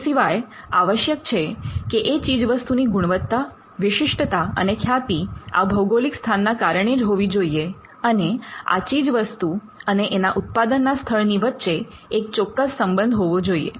એ સિવાય આવશ્યક છે કે એ ચીજવસ્તુની ગુણવત્તા વિશિષ્ટતા અને ખ્યાતિ આ ભૌગોલિક સ્થાનના કારણે જ હોવી જોઈએ અને આ ચીજવસ્તુ અને એના ઉત્પાદનના સ્થળ ની વચ્ચે એક ચોક્કસ સંબંધ હોવો જોઈએ